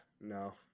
no